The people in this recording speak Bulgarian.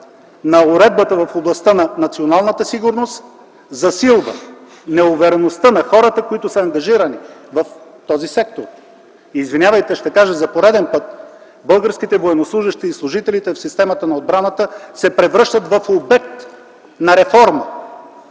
на уредбата в областта на националната сигурност засилва неувереността на хората, които са ангажирани в този сектор. Извинявайте, ще кажа за пореден път – българските военнослужещи и служителите в системата на отбраната се превръщат в обект на реформа.